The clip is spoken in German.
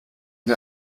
der